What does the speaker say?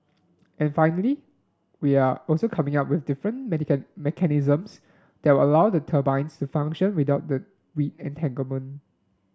and finally we're also coming up with different mechanisms that will allow the turbines to function without weed entanglement